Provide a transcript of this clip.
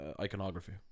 iconography